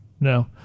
no